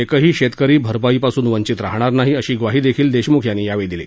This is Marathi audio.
एकही शेतकरी भरपाईपासून वंचीत राहणार नाही अशी ग्वाही देशम्ख यांनी यावेळी दिली